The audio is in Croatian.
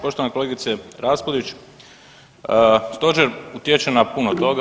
Poštovana kolegice Raspudić, stožer utječe na puno toga.